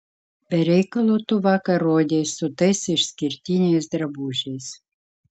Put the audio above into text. be reikalo tu vakar rodeis su tais išskirtiniais drabužiais